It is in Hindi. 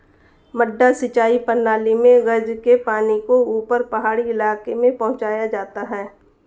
मडडा सिंचाई प्रणाली मे गज के पानी को ऊपर पहाड़ी इलाके में पहुंचाया जाता है